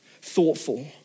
thoughtful